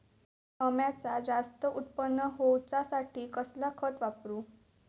अम्याचा जास्त उत्पन्न होवचासाठी कसला खत वापरू?